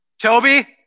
Toby